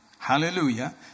Hallelujah